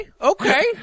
okay